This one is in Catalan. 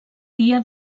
dia